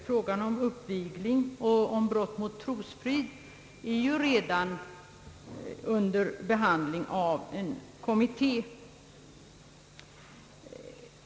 Frågan om uppvigling och om brott mot trosfriden är under behandling i en kommitté.